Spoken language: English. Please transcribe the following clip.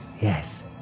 Yes